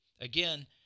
Again